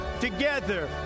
together